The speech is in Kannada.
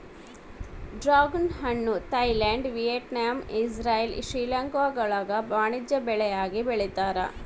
ಡ್ರಾಗುನ್ ಹಣ್ಣು ಥೈಲ್ಯಾಂಡ್ ವಿಯೆಟ್ನಾಮ್ ಇಜ್ರೈಲ್ ಶ್ರೀಲಂಕಾಗುಳಾಗ ವಾಣಿಜ್ಯ ಬೆಳೆಯಾಗಿ ಬೆಳೀತಾರ